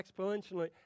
exponentially